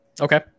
Okay